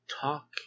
talk